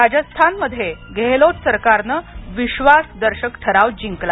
राजस्थानमध्ये गेहलोत सरकारनं विश्वासदर्शक ठराव जिंकला